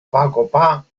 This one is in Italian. pagopa